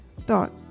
thought